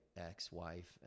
ex-wife